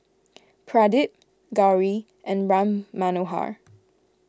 Pradip Gauri and Ram Manohar